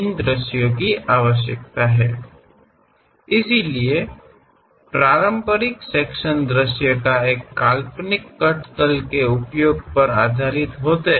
ಆದ್ದರಿಂದ ಸಾಂಪ್ರದಾಯಿಕ ವಿಭಾಗದ ವೀಕ್ಷಣೆಗಳು ಆಂತರಿಕ ವೈಶಿಷ್ಟ್ಯಗಳನ್ನು ಬಹಿರಂಗಪಡಿಸಲು ವಸ್ತುವಿನ ಮೂಲಕ ಹಾದುಹೋಗುವ ಕಾಲ್ಪನಿಕ ಕಟ್ ಸಮತಲದ ಬಳಕೆಯನ್ನು ಆಧರಿಸಿವೆ